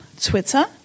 Twitter